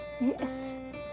Yes